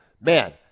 man